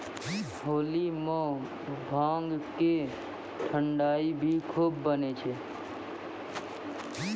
होली मॅ भांग के ठंडई भी खूब बनै छै